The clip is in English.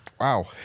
Wow